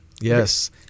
yes